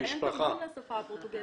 אבל אין תרגום לשפה הפורטוגזית.